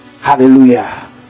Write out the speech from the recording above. Hallelujah